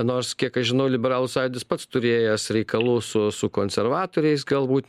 nors kiek aš žinau liberalų sąjūdis pats turėjęs reikalų su su konservatoriais galbūt